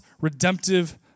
redemptive